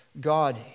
God